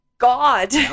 god